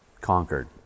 conquered